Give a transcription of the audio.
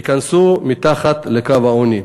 ייכנסו מתחת לקו העוני.